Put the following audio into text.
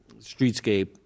streetscape